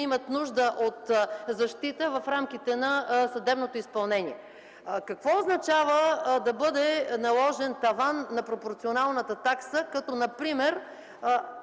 имат нужда от защита в рамките на съдебното изпълнение. Какво означава да бъде наложен таван на пропорционалната такса, като например